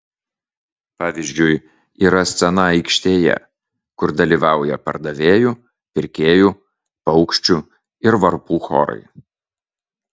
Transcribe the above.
pavyzdžiui yra scena aikštėje kur dalyvauja pardavėjų pirkėjų paukščių ir varpų chorai